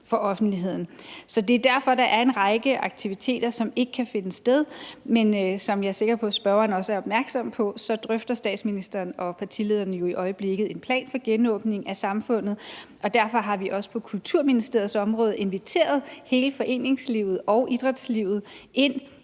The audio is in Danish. for offentligheden. Så det er derfor, der er en række aktiviteter, som ikke kan finde sted, men som jeg er sikker på at spørgeren også er opmærksom på, så drøfter statsministeren og partilederne jo i øjeblikket en plan for genåbning af samfundet. Og derfor har vi også på Kulturministeriets område inviteret hele foreningslivet og idrætslivet ind